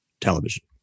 television